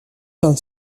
fin